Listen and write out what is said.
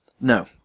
No